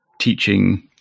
teaching